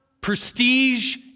prestige